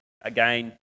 Again